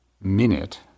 minute